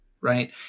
Right